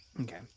okay